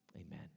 amen